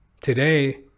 today